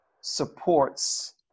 supports